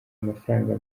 amafaranga